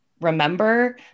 remember